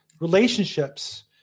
relationships